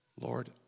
Lord